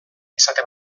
esate